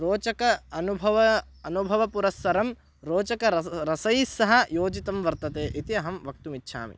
रोचकः अनुभवः अनुभवपुरस्सरं रोचकरसः रसैस्सह योजयितुं वर्तते इति अहं वक्तुम् इच्छामि